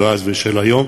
דאז ודהיום